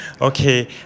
Okay